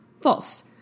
False